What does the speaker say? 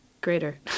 greater